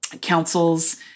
councils